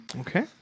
Okay